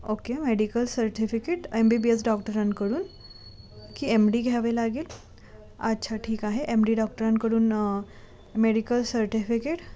okay medical certificate M B B S डॉक्टरांकडून की M D घ्यावे लागेल अच्छा ठीक आहे एम डी डॉक्टरांकडून मेडिकल सर्टिफिकेट